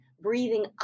breathing